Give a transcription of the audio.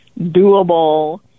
doable